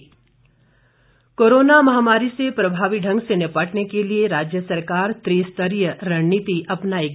मुख्यमंत्री कोरोना महामारी से प्रभावी ढंग से निपटने के लिए राज्य सरकार त्रि स्तरीय रणनीति अपनाएगी